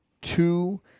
two